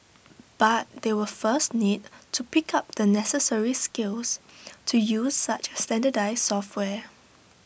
but they will first need to pick up the necessary skills to use such standardised software